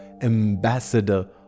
ambassador